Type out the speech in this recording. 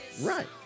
Right